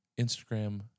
Instagram